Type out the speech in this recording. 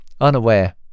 unaware